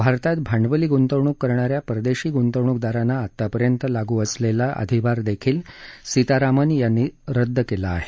भारतात भांडवली गुंतवणूक करणा या परदेशी गुंतवणूकदारांना आतापर्यंत लागू असलेला अधिभारदेखील सीतारामन यांनी रद्द केला आहे